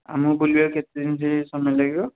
ଆମକୁ ବୁଲିବାକୁ କେତେ ଦିନ ସମୟ ଲାଗିବ